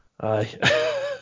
Aye